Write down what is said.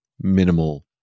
minimal